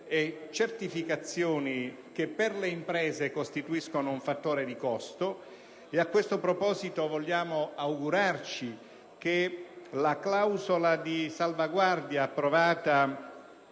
e certificazioni che per le imprese costituiscono un fattore di costo. A questo proposito, vogliamo augurarci che la clausola di salvaguardia approvata